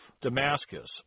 Damascus